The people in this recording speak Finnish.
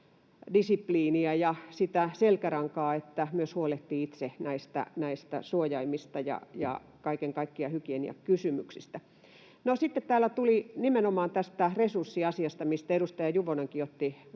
disipliiniä ja selkärankaa, että myös huolehtii itse näistä suojaimista ja kaiken kaikkiaan hygieniakysymyksistä. No, sitten täällä puhuttiin nimenomaan tästä resurssiasiasta, minkä edustaja Juvonenkin otti